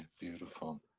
beautiful